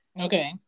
Okay